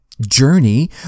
journey